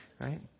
right